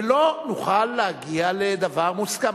ולא נוכל להגיע לדבר מוסכם.